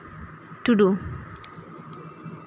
ᱴᱩᱰᱩ